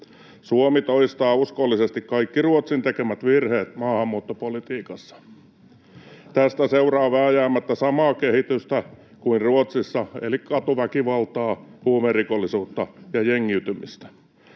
Suomi toistaa uskollisesti kaikki Ruotsin tekemät virheet maahanmuuttopolitiikassa. Tästä seuraa vääjäämättä samaa kehitystä kuin Ruotsissa eli katuväkivaltaa, huumerikollisuutta ja jengiytymistä.